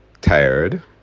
tired